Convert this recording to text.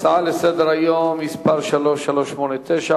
הצעה לסדר-היום מס' 3389,